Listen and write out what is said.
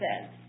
says